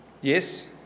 Yes